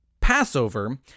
Passover